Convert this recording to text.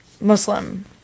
Muslim